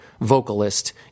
vocalist